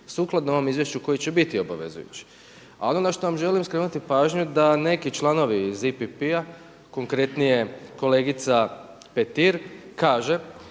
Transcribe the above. sukladno ovom izvješću koji će biti obavezujući. Ali ono što vam želim skrenuti pažnju da neki članovi iz EPP-a konkretnije kolegica Petir kaže